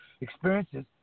experiences